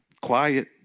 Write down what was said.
Quiet